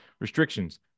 restrictions